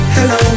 Hello